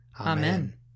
Amen